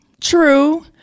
True